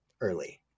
early